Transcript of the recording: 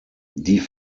die